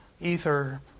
ether